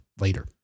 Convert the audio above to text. later